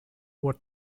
what